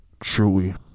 Truly